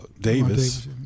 Davis